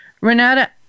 Renata